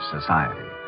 society